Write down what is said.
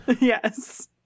Yes